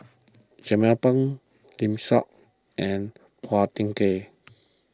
Jernnine Pang Lim and Phua Thin Kiay